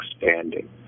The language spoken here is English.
expanding